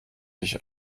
dich